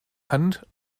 hand